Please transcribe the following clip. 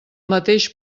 mateix